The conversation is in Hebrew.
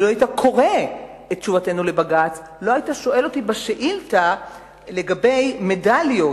לו קראת את תשובתנו לבג"ץ לא היית שואל אותי בשאילתא לגבי מדליות,